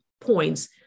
points